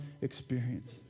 experience